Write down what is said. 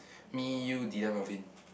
me you Dillon Melvin